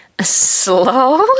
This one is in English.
Slow